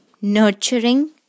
nurturing